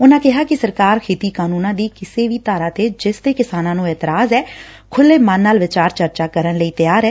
ਉਨਾਂ ਕਿਹਾ ਕਿ ਸਰਕਾਰ ਖੇਤੀ ਕਾਨੂੰਨਾਂ ਦੀ ਕਿਸੇ ਵੀ ਧਾਰਾ ਤੇ ਜਿਸ ਤੇ ਕਿਸਾਨਾਂ ਨੂੰ ਇਤਰਾਜ ਐ ਖੁਲੂੇ ਮਨ ਨਾਲ ਵਿਚਾਰ ਚਰਚਾ ਕਰਨ ਲਈ ਤਿਆਰ ਐ